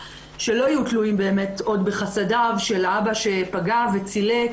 שלא יהיו תלויים עוד בחסדיו של האבא שפגע וצילק